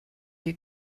you